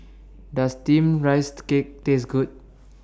Does Steamed Rice and Cake Taste Good